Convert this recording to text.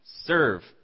serve